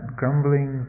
grumbling